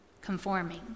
Conforming